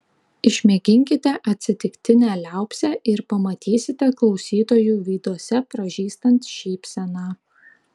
išmėginkite atsitiktinę liaupsę ir pamatysite klausytojų veiduose pražystant šypseną